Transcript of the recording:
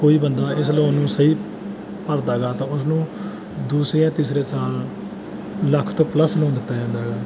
ਕੋਈ ਬੰਦਾ ਇਸ ਲੋਨ ਨੂੰ ਸਹੀ ਭਰਦਾ ਗਾ ਤਾਂ ਉਸਨੂੰ ਦੂਸਰੇ ਜਾਂ ਤੀਸਰੇ ਸਾਲ ਲੱਖ ਤੋਂ ਪਲੱਸ ਲੋਨ ਦਿੱਤਾ ਜਾਂਦਾ ਗਾ